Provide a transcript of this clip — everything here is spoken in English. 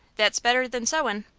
that's better than sewin'.